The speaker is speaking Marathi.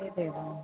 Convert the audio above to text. ते